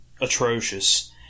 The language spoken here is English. atrocious